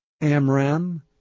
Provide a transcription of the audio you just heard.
Amram